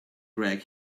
greg